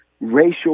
racial